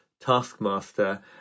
taskmaster